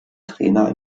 trainer